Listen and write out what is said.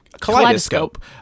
kaleidoscope